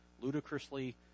ludicrously